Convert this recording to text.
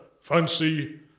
fancy